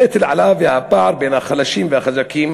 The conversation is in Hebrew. הנטל עלה וכן הפער בין החלשים והחזקים,